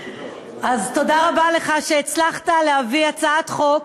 תודה רבה לך שהצלחת להביא הצעת חוק